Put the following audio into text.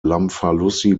lamfalussy